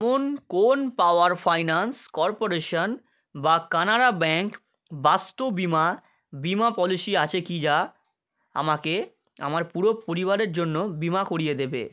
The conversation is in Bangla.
কোন কোন পাওয়ার ফাইনান্স কর্পোরেশান বা কানাড়া ব্যাঙ্ক বাস্তু বিমা বিমা পলিসি আছে কি যা আমাকে আমার পুরো পরিবারের জন্য বিমা করিয়ে দেবে